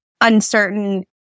uncertain